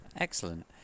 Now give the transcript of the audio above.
Excellent